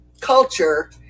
culture